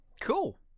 Cool